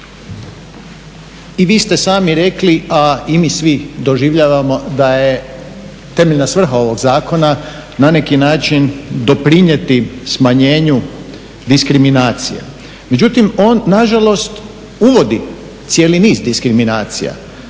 i vi ste sami rekli a i mi svi doživljavamo da je temeljna svrha ovog zakona na neki način doprinijeti smanjenju diskriminacije. Međutim, on nažalost uvodi cijeli niz diskriminacija,